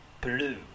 Blue